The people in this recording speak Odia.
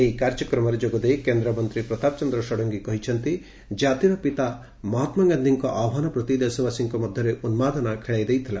ଏହି କାର୍ଯ୍ୟକ୍ରମରେ ଯୋଗଦେଇ କେନ୍ଦ୍ରମନ୍ତୀ ପ୍ରତାପ ଷଡ଼ଙଗୀ କହିଛନ୍ତି କାତିର ପିତା ମହାତ୍ମାଗାଧିଙ୍କ ଆହ୍ବାନ ପ୍ରତି ଦେଶବାସୀଙ୍କ ମଧ୍ଘରେ ଉନ୍କାଦନା ଖେଳାଇ ଦେଇଥିଲା